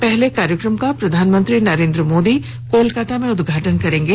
पहले कार्यक्रम का प्रधानमंत्री नरेंद्र मोदी कोलकाता में उद्घाटन करेंगे